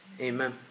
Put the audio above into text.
amen